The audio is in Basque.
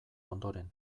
ondoren